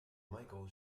michael